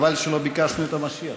חבל שלא ביקשנו את המשיח.